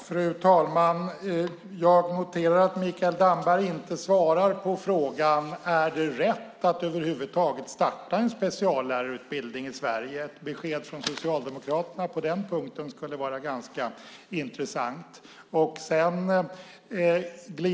Fru talman! Jag noterar att Mikael Damberg inte svarar på frågan: Är det rätt att över huvud taget starta en speciallärarutbildning i Sverige? Ett besked från Socialdemokraterna på den punkten skulle vara ganska intressant.